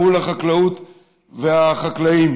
מול החקלאות והחקלאים.